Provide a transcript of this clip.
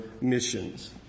missions